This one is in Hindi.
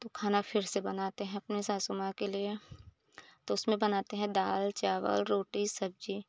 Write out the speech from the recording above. तो खाना फिर से बनाते हैं अपने सासु माँ के लिए तो उसमें बनाते हैं दाल चावल रोटी सब्ज़ी